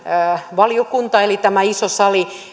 valiokunta eli tämä iso sali